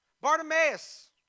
Bartimaeus